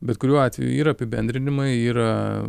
bet kuriuo atveju yra apibendrinimai yra